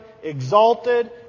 Exalted